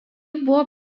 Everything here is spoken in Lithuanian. buvo